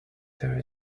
very